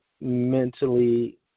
mentally